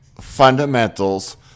fundamentals